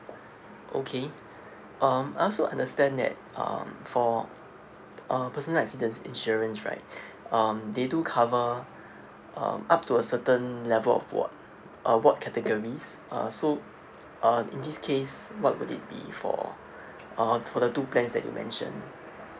okay um I also understand that um for uh personal accidents insurance right um they do cover um up to a certain level of ward uh ward categories uh so uh in this case what would it be for uh for the two plans that you mentioned